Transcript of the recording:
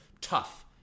tough